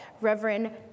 Reverend